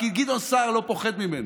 כי גדעון סער לא פוחד ממנו.